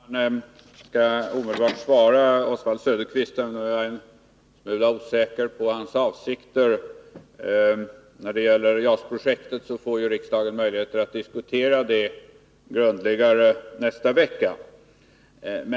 Herr talman! Jag skall omedelbart svara Oswald Söderqvist. Jag är inte alldeles säker på hans avsikter. När det gäller JAS-projektet får riksdagen möjlighet att diskutera det grundligare nästa vecka.